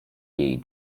jej